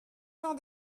jean